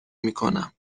میکنم